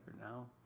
Now